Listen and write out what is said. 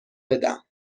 بدم